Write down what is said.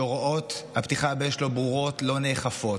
שהוראות הפתיחה באש לא ברורות, לא נאכפות.